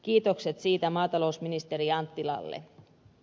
kiitokset siitä maatalousministeri anttilalle